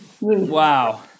Wow